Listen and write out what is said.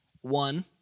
One